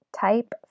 Type